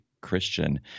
Christian